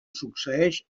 succeeix